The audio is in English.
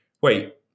Wait